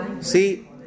see